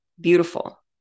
beautiful